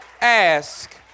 ask